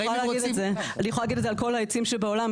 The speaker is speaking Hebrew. אני יכולה להגיד את זה על כל העצים שבעולם,